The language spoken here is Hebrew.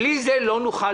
בלי זה לא נוכל